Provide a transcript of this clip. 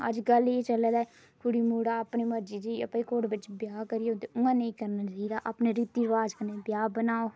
ओह् अजकल एह् चलै दा कुड़ी मुड़ा अपनी मर्जी बिच कोर्ट बिच ब्याह् करियै ते इ'यां नेईं करना चाहिदा अपने रीति रिवाज कन्नै ब्याह् बनाओ